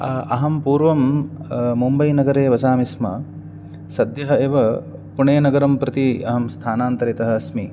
अहं पूर्वं मुम्बैनगरे वसामि स्म सद्यः एव पुणे नगरं प्रति अहं स्थानान्तरितः अस्मि